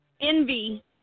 envy